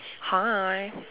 hi